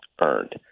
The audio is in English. earned